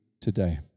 today